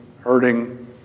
hurting